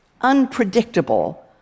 unpredictable